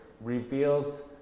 reveals